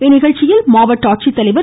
இந்நிகழ்ச்சியில் மாவட்ட ஆட்சித்தலைவர் திரு